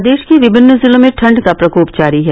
प्रदेश के विभिन्न जिलों में ठंड का प्रकोप जारी है